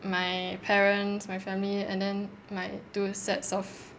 my parents my family and then my two sets of